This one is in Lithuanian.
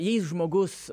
jei žmogus